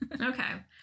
Okay